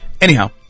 Anyhow